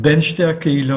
בין שתי הקהילות,